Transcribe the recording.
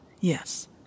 Yes